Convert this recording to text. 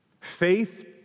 Faith